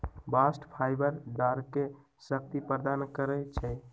bast fibre डांरके शक्ति प्रदान करइ छै